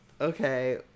Okay